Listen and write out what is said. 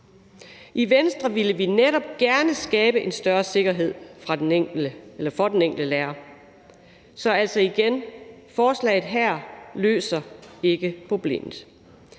I Venstre ville vi netop gerne skabe en større sikkerhed for den enkelte lærer. Så igen vil jeg sige, at forslaget her ikke løser problemet.